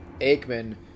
Aikman